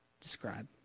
describe